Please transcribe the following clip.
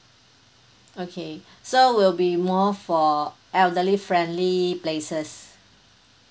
okay so will be more for elderly friendly places